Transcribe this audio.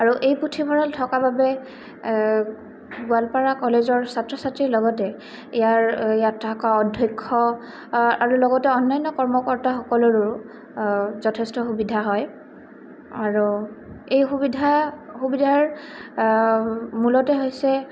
আৰু এই পুথিভঁৰাল থকা বাবে গোৱালপাৰা কলেজৰ ছাত্ৰ ছাত্ৰীৰ লগতে ইয়াৰ ইয়াত থকা অধক্ষ্য আৰু লগতে অন্যান্য কৰ্মকৰ্তাসকলৰো যথেষ্ট সুবিধা হয় আৰু এই সুবিধা সুবিধাৰ মূলতে হৈছে